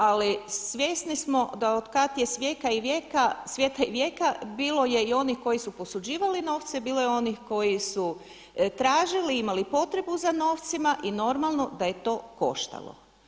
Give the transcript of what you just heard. Ali svjesni smo da od kad je svijeta i vijeka bilo je i onih koji su posuđivali novce, bilo je onih koji su tražili, imali potrebu za novcima i normalno da je to koštalo.